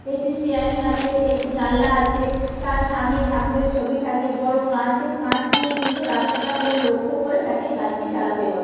এটি স্টিয়ারিং আছে একটি জানলা আছে তার সামনে ঠাকুরের ছবি থাকে বড়ো কাঁচ সেই কাঁচ দিয়ে কিন্তু রাস্তাটা পুরো লক্ষ্য করে তাকে গাড়িটি চালাতে হয়